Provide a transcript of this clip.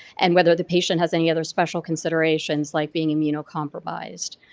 and whether the patient has any other special considerations like being immunocompromised.